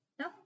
No